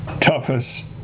toughest